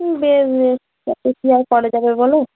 বেড়ে গেলে কি আর করা যাবে বলুন